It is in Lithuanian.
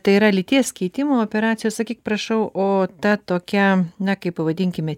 tai yra lyties keitimo operacija sakyk prašau o ta tokia na kaip pavadinkime